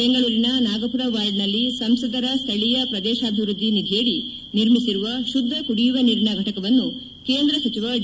ಬೆಂಗಳೂರಿನ ನಾಗಪುರ ವಾರ್ಡ್ನಲ್ಲಿ ಸಂಸದರ ಸ್ಥಳೀಯ ಪ್ರದೇಶಾಭಿವೃದ್ದಿ ನಿಧಿಯಡಿ ನಿರ್ಮಿಸಿರುವ ಶುದ್ದ ಕುಡಿಯುವ ನೀರಿನ ಘಟಕವನ್ನು ಕೇಂದ್ರ ಸಚಿವ ಡಿ